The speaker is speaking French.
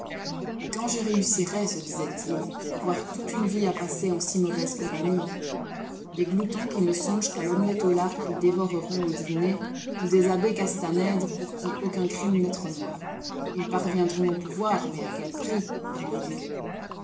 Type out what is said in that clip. et quand je réussirais se disait-il avoir toute une vie à passer en si mauvaise compagnie des gloutons qui ne songent qu'à l'omelette au lard qu'ils dévoreront au dîner ou des abbés castanède pour qui aucun crime n'est trop noir ils parviendront au pouvoir mais à quel prix grand dieu